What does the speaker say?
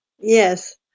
Yes